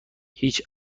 هیچ